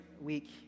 week